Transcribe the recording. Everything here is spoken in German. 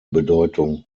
bedeutung